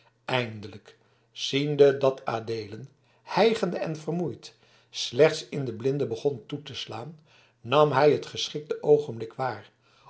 eindelijk ziende dat adeelen hijgende en vermoeid slechts in den blinde begon toe te slaan nam hij het geschiktste oogenblik waar